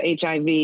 HIV